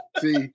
See